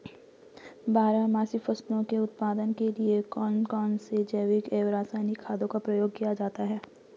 बारहमासी फसलों के उत्पादन के लिए कौन कौन से जैविक एवं रासायनिक खादों का प्रयोग किया जाता है?